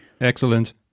excellent